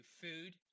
food